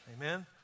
Amen